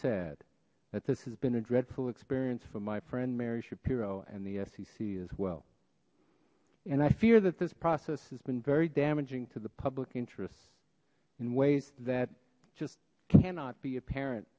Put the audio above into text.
sad that this has been a dreadful experience for my friend mary schapiro and the sec as well and i fear that this process this has been very damaging to the public interests in ways that just cannot be a parent